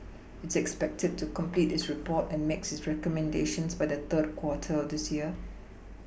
it's expected to complete its report and make its recommendations by the third quarter of this year